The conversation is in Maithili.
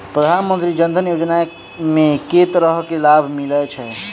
प्रधानमंत्री जनधन योजना मे केँ तरहक लाभ मिलय छै?